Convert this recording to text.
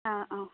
অঁ অঁ